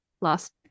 last